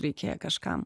reikėja kažkam